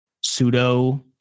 pseudo